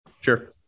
Sure